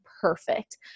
perfect